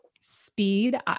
speed